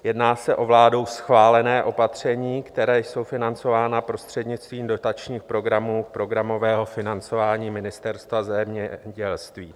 Jedná se o vládou schválená opatření, která jsou financována prostřednictvím dotačních programů programového financování Ministerstva zemědělství.